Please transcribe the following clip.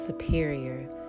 superior